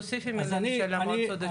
נדמה לי שיעקב היה לפניי.